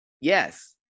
Yes